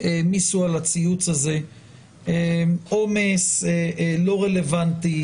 שהעמיסו על הציוץ הזה עומס לא רלוונטי,